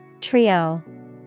Trio